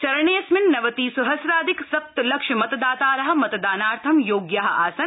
चरणेऽस्मिन् नवति सहम्राधिक सप्त लक्ष मतदातारः मतदानार्थं योग्याः आसन्